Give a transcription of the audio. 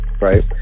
Right